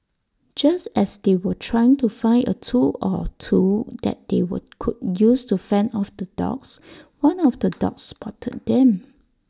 just as they were trying to find A tool or two that they were could use to fend off the dogs one of the dogs spotted them